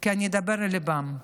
כי אני אדבר לליבם.